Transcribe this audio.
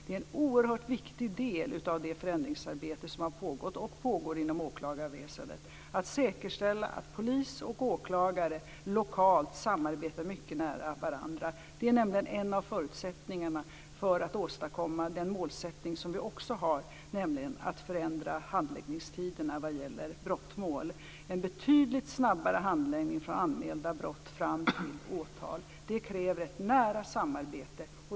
Det är en oerhört viktig del av det förändringsarbete som har pågått och pågår inom åklagarväsendet att säkerställa att polis och åklagare lokalt samarbetar mycket nära varandra. Det är en av förutsättningarna för att åstadkomma den målsättning som vi också har, nämligen att förändra handläggningstiderna vad gäller brottmål. En betydligt snabbare handläggning för anmälda brott fram till ett åtal kräver ett nära samarbete.